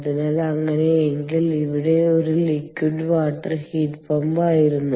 അതിനാൽ അങ്ങനെയെങ്കിൽ ഇവിടെ ഒരു ലിക്വിഡ് വാട്ടർ ഹീറ്റ് പമ്പ് ആയിരുന്നു